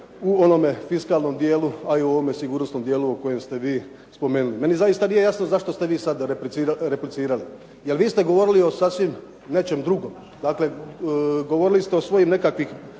u onome fiskalnom dijelu, a i o ovome sigurnosnom dijelu koji ste vi spomenuli. Meni zaista nije jasno zašto ste vi sad replicirali, jer vi ste govorili o sasvim nečem drugom. Dakle, govorili ste o svojim nekakvim